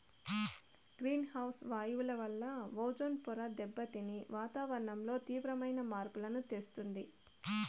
green house వాయువుల వలన ozone పొర దెబ్బతిని వాతావరణంలో తీవ్రమైన మార్పులను తెస్తుంది